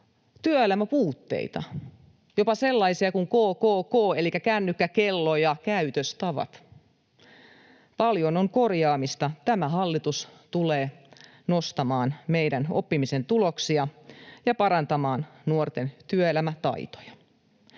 työelämäpuutteita, jopa sellaisia kuin ”kkk” elikkä kännykkä, kello ja käytöstavat. Paljon on korjaamista. Tämä hallitus tulee nostamaan meidän oppimisen tuloksia ja parantamaan nuorten työelämätaitoja.